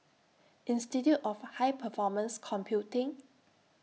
Institute of High Performance Computing